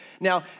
Now